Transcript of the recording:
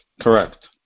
Correct